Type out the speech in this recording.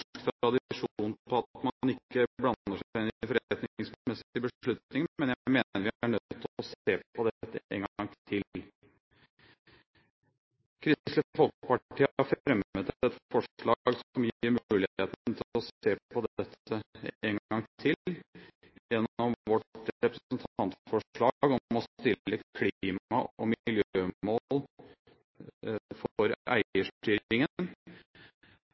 på at man ikke blander seg inn i forretningsmessige beslutninger, men jeg mener vi er nødt til å se på dette en gang til. Kristelig Folkeparti har fremmet et forslag som gir muligheten til å se på dette en gang til gjennom vårt representantforslag om å stille klima- og miljømål for eierstyringen.